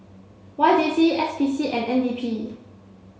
Y J C S P C and N D P